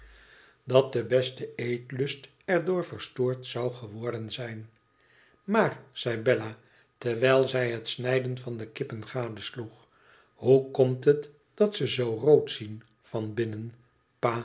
dat de beste eetlust er door verstoord zou geworden zijn tmaar zei bella terwijl zij het snijden van de kippen gadesloeg hoe komt het dat ze zoo rood zien van binnen